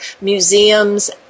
museums